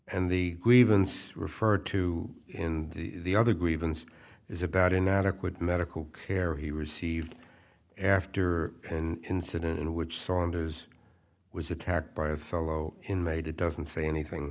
and the grievance referred to in the other grievance is about inadequate medical care he received after and incident in which saunders was attacked by a thorough inmate it doesn't say anything